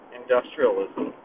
industrialism